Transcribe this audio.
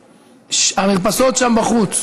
המרפסות שם בחוץ.